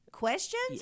Questions